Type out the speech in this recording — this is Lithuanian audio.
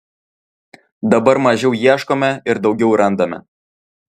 dabar mažiau ieškome ir daugiau randame